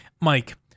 Mike